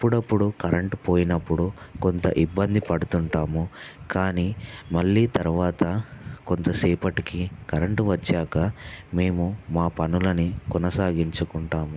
అప్పుడప్పుడు కరెంట్ పోయినప్పుడు కొంత ఇబ్బంది పడుతుంటాము కాని మళ్ళీ తరువాత కొంతసేపటికి కరెంట్ వచ్చాక మేము మా పనులని కొనసాగించుకుంటాము